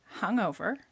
hungover